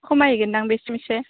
खमायगोनदां बिसिमसो